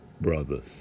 brothers